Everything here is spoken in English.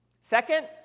Second